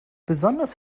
besonders